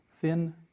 thin